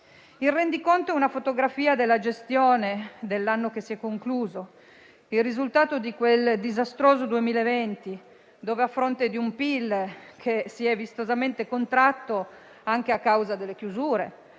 Il rendiconto è una fotografia della gestione dell'anno che si è concluso, il risultato di quel disastroso 2020 in cui, a fronte di un PIL che si è vistosamente contratto anche a causa delle chiusure,